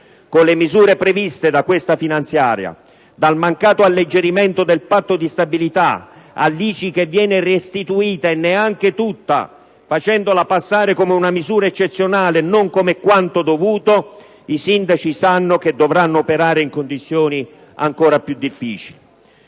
Con le misure previste da questa finanziaria, dal mancato alleggerimento del Patto di stabilità all'ICI che viene restituita e neanche tutta, facendola passare come una misura eccezionale e non come quanto dovuto, i sindaci sanno che dovranno operare in condizioni ancora più difficili.